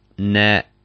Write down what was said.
Net